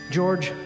George